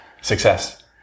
success